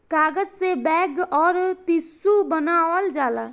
कागज से बैग अउर टिशू बनावल जाला